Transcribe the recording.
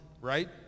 right